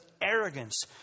arrogance